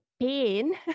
pain